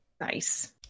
Nice